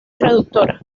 traductora